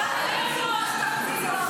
אבל זה לא נכון.